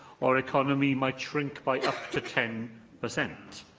our economy might shrink by up to ten per cent.